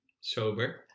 Sober